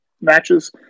matches